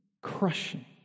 crushing